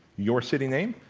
your city name,